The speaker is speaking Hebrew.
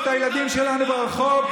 אתה לא תדבר אליי פה.